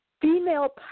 female